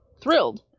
Thrilled